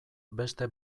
beste